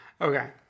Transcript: Okay